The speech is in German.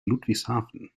ludwigshafen